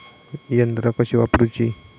यंत्रा कशी वापरूची?